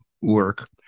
work